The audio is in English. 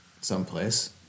someplace